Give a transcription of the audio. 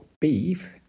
beef